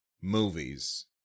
movies